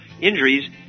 injuries